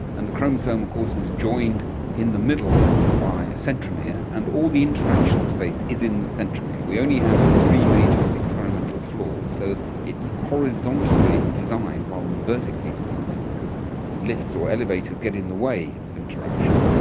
and the chromosome of course is joined in the middle by a centromere, and all the interaction space is in the centromere. we only have three major experimental floors, so it's horizontally designed rather than vertically designed because lifts or elevators get in the way of interaction.